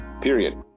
period